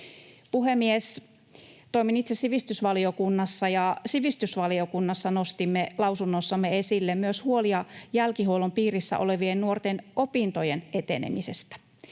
Puhemies! Toimin itse sivistysvaliokunnassa, ja sivistysvaliokunnassa nostimme lausunnossamme esille myös huolia jälkihuollon piirissä olevien nuorten opintojen etenemisestä.